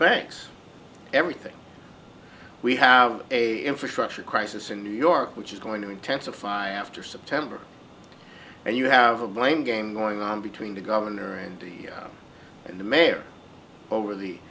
banks everything we have a infrastructure crisis in new york which is going to intensify after september and you have a blame game going on between the governor and the mayor over the